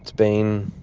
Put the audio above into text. been